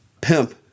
pimp